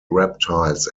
reptiles